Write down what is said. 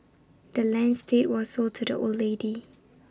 the land's deed was sold to the old lady